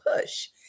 push